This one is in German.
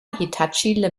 hitachi